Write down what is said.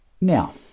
Now